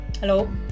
Hello